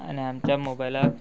आनी आमच्या मोबायलाक